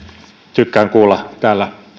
tykkään kuulla täällä